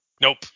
Nope